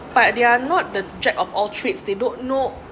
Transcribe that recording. but they are not the jack of all trades they don't know